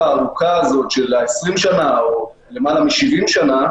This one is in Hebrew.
הארוכה הזאת של ה-20 שנה או למעלה מ-70 שנה